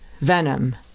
venom